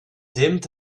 dimmed